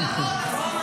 תבקש ביום שני הצבעה.